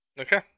Okay